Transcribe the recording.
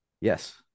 Yes